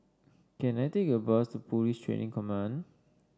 can I take a bus to Police Training Command